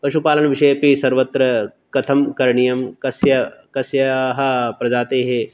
पशुपालनविषये अपि सर्वत्र कथं करणीयं कस्य कस्याः प्रजातेः